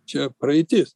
čia praeitis